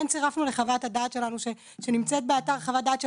צירפנו לחוות הדעת שלנו שנמצאת באתר חוות דעת של